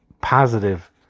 positive